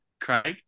Craig